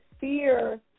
fear